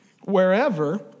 wherever